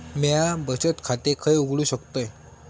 म्या बचत खाते खय उघडू शकतय?